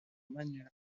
mariage